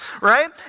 Right